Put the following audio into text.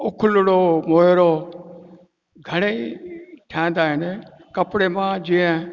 उखलड़ो मुहिड़ो घणेई ठहंदा आइन कपिड़े मां जीअं